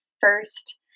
first